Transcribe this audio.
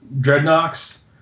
Dreadnoughts